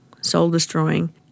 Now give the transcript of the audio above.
soul-destroying